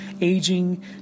aging